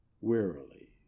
Wearily